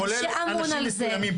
כולל אנשים מסוימים,